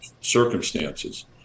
circumstances